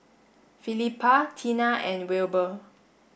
Felipa Tina and Wilbur